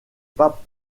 pas